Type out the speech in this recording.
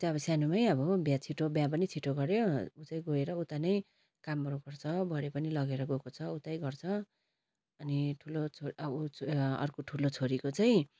त्यो त अब सानोमै अब बिहे छिटो बिहे पनि छिटो गऱ्यो ऊ चाहिँ गएर उता नै कामहरू गर्छ बुहारी पनि लगेर गएको छ उतै गर्छ अनि ठुलो छोरा अर्को ठुलो छोरीको चाहिँ